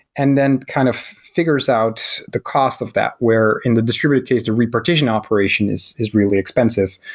and then kind of figures out the cost of that, where in the distributed case, the repartition operations is is really expensive,